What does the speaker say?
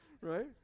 Right